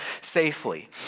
safely